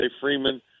Freeman